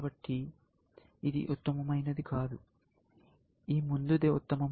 కాబట్టి ఇది ఉత్తమమైనది కాదు ఈ ముందుదే ఉత్తమమైనది